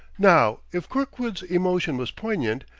now, if kirkwood's emotion was poignant,